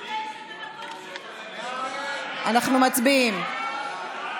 אנחנו מצביעים.